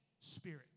spirit